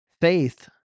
Faith